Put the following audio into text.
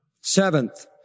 Seventh